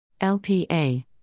LPA